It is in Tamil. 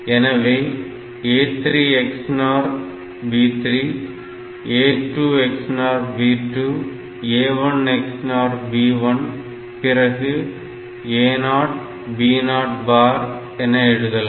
எனவே A3 XNOR B3 A2 XNOR B2 A1 XNOR B1 பிறகு A0B0பார் என எழுதலாம்